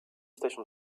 station